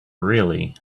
really